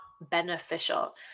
beneficial